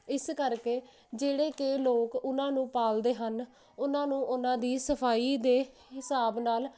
ਇਸ ਕਰਕੇ ਜਿਹੜੇ ਕਿ ਲੋਕ ਉਹਨਾਂ ਨੂੰ ਪਾਲਦੇ ਹਨ ਉਹਨਾਂ ਨੂੰ ਉਹਨਾਂ ਦੀ ਸਫਾਈ ਦੇ ਹਿਸਾਬ ਨਾਲ